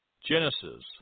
Genesis